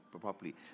properly